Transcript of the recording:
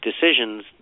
decisions